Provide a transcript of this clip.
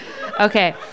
Okay